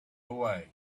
away